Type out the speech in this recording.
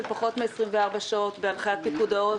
פחות מ-24 שעות בהנחיית פיקוד העורף,